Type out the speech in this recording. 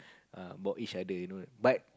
err about each other you know but